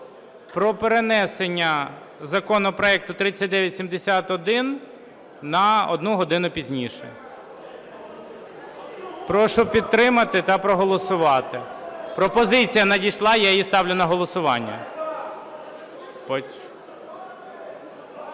про перенесення законопроекту 3971 на одну годину пізніше. Прошу підтримати та проголосувати. Пропозиція надійшла, я її ставлю на голосування.